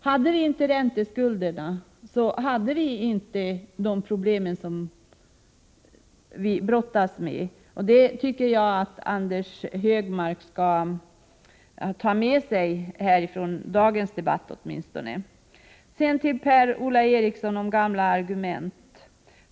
Hade vi inte ränteskulderna, skulle vi inte ha de problem som vi nu brottas med, och det tycker jag att Anders Högmark skall lägga på minnet i dagens debatt. Per-Ola Eriksson talade om gamla argument.